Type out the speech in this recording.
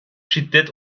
şiddet